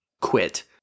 quit